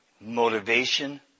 motivation